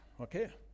Okay